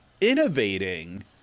innovating